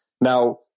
Now